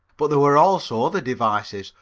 but there were also other devices,